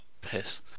Piss